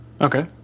Okay